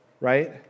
right